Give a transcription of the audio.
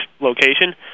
location